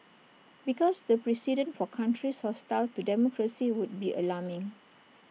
because the precedent for countries hostile to democracy would be alarming